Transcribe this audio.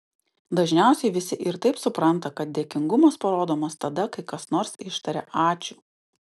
dažniausiai visi ir taip supranta kad dėkingumas parodomas tada kai kas nors ištaria ačiū